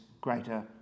greater